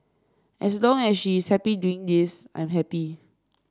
as long as she is happy doing this I'm happy